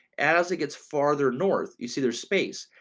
as it gets farther north, you see there's space,